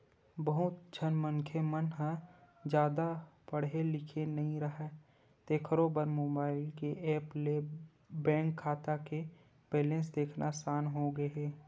बहुत झन मनखे मन ह जादा पड़हे लिखे नइ राहय तेखरो बर मोबईल के ऐप ले बेंक खाता के बेलेंस देखना असान होगे हे